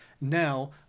Now